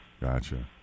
Gotcha